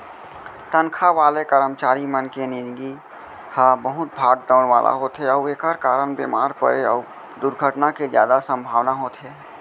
तनखा वाले करमचारी मन के निजगी ह बहुत भाग दउड़ वाला होथे अउ एकर कारन बेमार परे अउ दुरघटना के जादा संभावना होथे